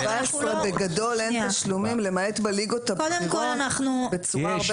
היא אומרת שעד גיל 17 בגדול אין תשלומים למעט בליגות הבכירות בצורה הרבה